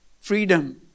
freedom